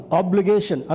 obligation